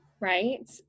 Right